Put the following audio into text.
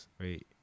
right